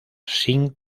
sin